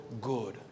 good